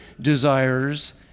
desires